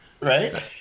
right